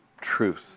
truth